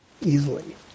easily